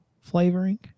flavoring